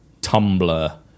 Tumblr